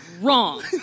wrong